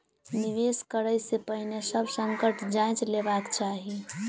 निवेश करै से पहिने सभ संकट जांइच लेबाक चाही